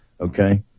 okay